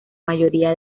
mayoría